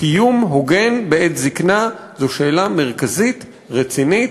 קיום הוגן בעת זיקנה, זו שאלה מרכזית, רצינית,